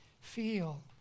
feel